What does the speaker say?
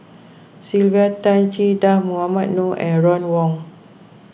Sylvia Tan Che Dah Mohamed Noor and Ron Wong